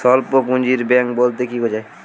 স্বল্প পুঁজির ব্যাঙ্ক বলতে কি বোঝায়?